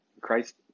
Christ